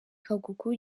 kagugu